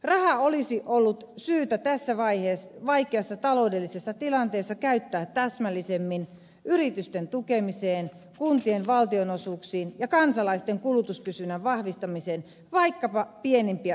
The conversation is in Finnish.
raha olisi ollut syytä tässä vaikeassa taloudellisessa tilanteessa käyttää täsmällisemmin yritysten tukemiseen kuntien valtionosuuksiin ja kansalaisten kulutuskysynnän vahvistamiseen vaikkapa pienimpiä sosiaalietuuksia korottamalla